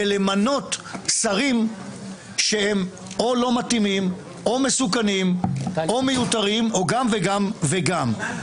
ולמנות שרים שהם או לא מתאימים או מסוכנים או מיותרים או גם וגם וגם.